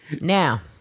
Now